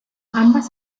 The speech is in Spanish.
ambas